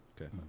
Okay